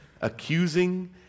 accusing